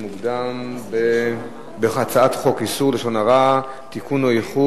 (התאמות עקב טיפולי פוריות, היריון, לידה,